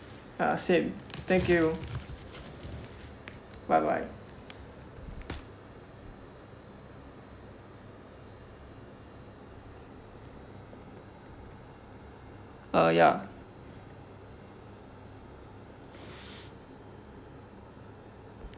uh same thank you bye bye uh ya